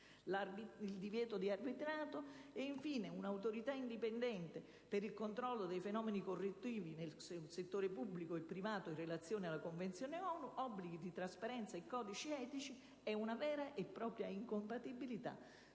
il divieto di arbitrato, un'autorità indipendente per il controllo dei fenomeni corruttivi nel settore pubblico e privato in relazione alla Convenzione ONU, obblighi di trasparenza e codici etici, e una vera e propria previsione